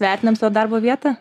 vertinam savo darbo vietą